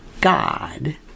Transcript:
God